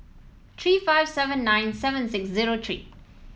three five seven nine seven six zero three